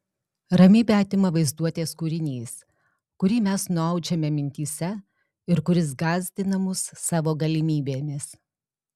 ramybę atima vaizduotės kūrinys kurį mes nuaudžiame mintyse ir kuris gąsdina mus savo galimybėmis